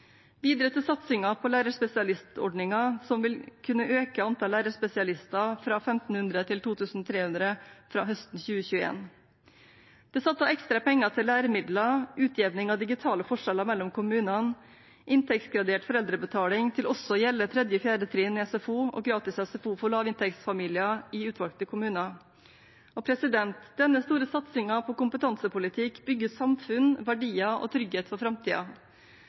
videre til satsingen på lærerspesialistordningen, som vil kunne øke antallet lærerspesialister fra 1 500 til 2 300 fra høsten 2021. Det er satt av ekstra penger til læremidler, utjevning av digitale forskjeller mellom kommunene, inntektsgradert foreldrebetaling til også å gjelde tredje og fjerde trinn ved SFO og gratis SFO for lavinntektsfamilier i utvalgte kommuner. Denne store satsingen på kompetansepolitikk bygger samfunn, verdier og trygghet for